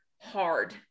hard